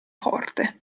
forte